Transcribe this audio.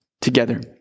together